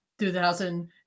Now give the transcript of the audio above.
2000